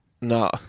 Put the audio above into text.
No